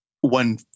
one